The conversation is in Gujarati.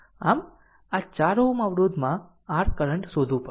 આમ આ 4 Ω અવરોધ માં r કરંટ શોધવું પડશે